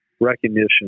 recognition